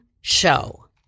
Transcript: show